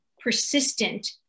persistent